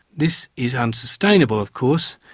this is unsustainable, of course,